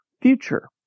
future